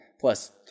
plus